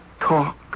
talk